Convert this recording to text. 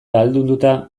ahaldunduta